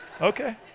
Okay